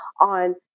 on